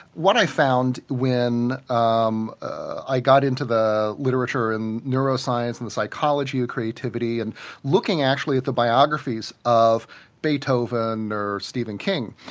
what i found when um i i got into the literature in neuroscience and the psychology of creativity and looking actually at the biographies of beethoven or stephen king,